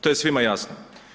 To je svima jasno.